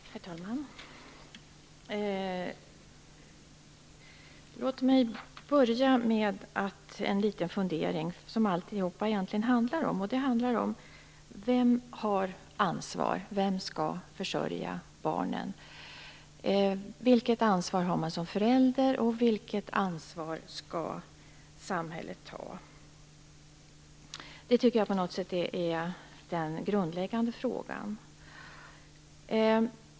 Herr talman! Låt mig börja med en liten fundering som alltihop egentligen handlar om: Vem har ansvaret? Vem skall försörja barnen? Vilket ansvar har man som förälder? Vilket ansvar skall samhället ta? Detta är de grundläggande frågorna.